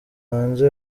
hanze